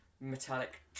metallic